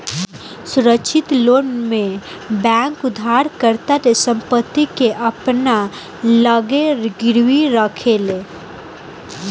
सुरक्षित लोन में बैंक उधारकर्ता के संपत्ति के अपना लगे गिरवी रखेले